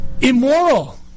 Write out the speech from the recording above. immoral